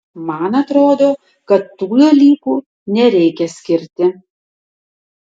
man atrodo kad tų dalykų nereikia skirti